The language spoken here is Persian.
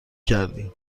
کردی